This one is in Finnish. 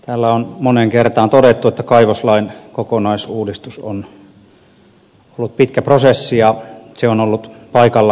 täällä on moneen kertaan todettu että kaivoslain kokonaisuudistus on ollut pitkä prosessi ja se on ollut paikallaan tehdä